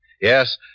Yes